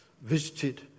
visited